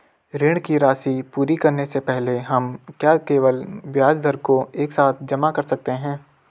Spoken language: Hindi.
ऋण की राशि पूरी करने से पहले हम क्या केवल ब्याज दर को एक साथ जमा कर सकते हैं?